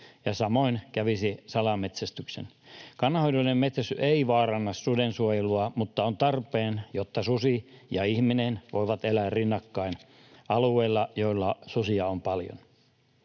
ja samoin kävisi salametsästyksen. Kannanhoidollinen metsästys ei vaaranna suden suojelua mutta on tarpeen, jotta susi ja ihminen voivat elää rinnakkain alueilla, joilla susia on paljon.